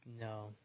no